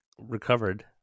recovered